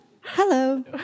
Hello